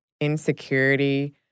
insecurity